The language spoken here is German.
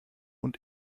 und